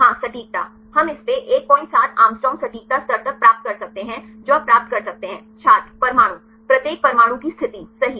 हाँ सटीकता हम इस पे 17 Å सटीकता स्तर तक प्राप्त कर सकते हैं जो आप प्राप्त कर सकते हैं छात्र परमाणु प्रत्येक परमाणु की स्थिति सही